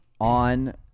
on